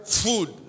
food